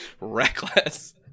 reckless